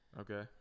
Okay